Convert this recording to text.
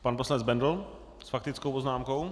Pan poslanec Bendl s faktickou poznámkou.